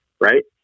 right